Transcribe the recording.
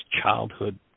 childhood